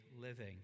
living